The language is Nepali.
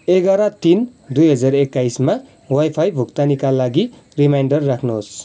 एघाह्र तिन दुई हजार एक्काइसमा वाइफाई भुक्तानीका लागि रिमाइन्डर राख्नुहोस्